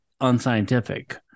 unscientific